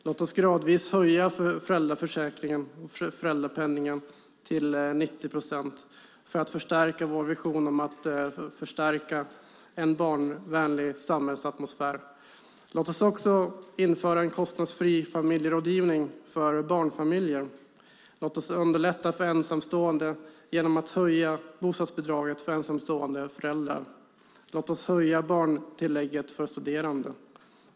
Låt oss gradvis höja föräldrapenningen upp till 90 procent för att förverkliga vår vision om att förstärka en barnvänlig samhällsatmosfär. Låt oss införa en kostnadsfri familjerådgivning för barnfamiljer. Låt oss underlätta för ensamstående genom att höja bostadsbidraget för ensamstående föräldrar. Låt oss höja barntillägget för studerande.